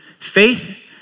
Faith